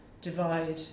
divide